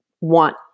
want